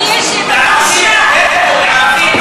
בערבית,